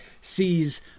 sees